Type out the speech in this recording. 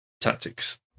tactics